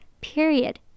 period